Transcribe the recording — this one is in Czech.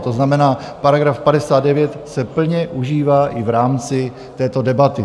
To znamená, § 59 se plně užívá i v rámci této debaty.